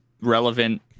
relevant